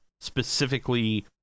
specifically